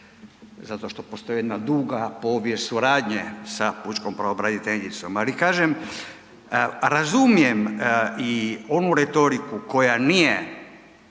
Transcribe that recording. zato što postoji jedna duga povijest suradnje sa pučkom pravobraniteljicom. Ali kažem, razumijem i onu retoriku koja nije